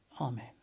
Amen